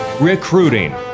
recruiting